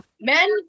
Men